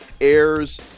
airs